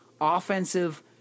offensive